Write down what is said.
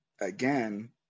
again